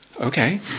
okay